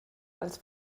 als